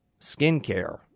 skincare